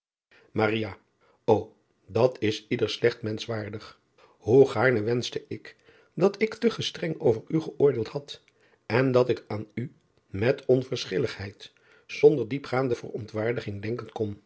o at is ieder slecht mensch waardig oe gaarne wenschte ik dat ik te gestreng over u geoordeeld had en dat ik aan u met onverschilligheid zonder diepgaande verontwaardiging denken kon